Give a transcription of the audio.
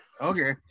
Okay